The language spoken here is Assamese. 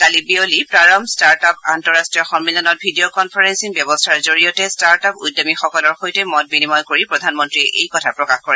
কালি বিয়লি প্ৰাৰম্ভঃ ষ্টাৰ্ট আপ আন্তঃৰাষ্টীয় সম্মিলনত ভিডিঅ' কনফাৰেলিঙ ব্যৱস্থাৰ জৰিয়তে ট্টাৰ্ট আপ উদ্যমীসকলৰ সৈতে মত বিনিময় কৰি প্ৰধানমন্ত্ৰীয়ে এই কথা প্ৰকাশ কৰে